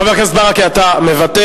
חבר הכנסת ברכה, אתה מוותר?